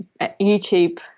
youtube